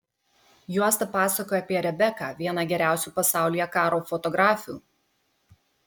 juosta pasakoja apie rebeką vieną geriausių pasaulyje karo fotografių